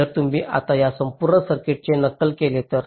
जर तुम्ही आता या संपूर्ण सर्किटचे नक्कल केले तर